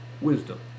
wisdom